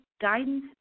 guidance